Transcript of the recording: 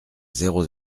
zéro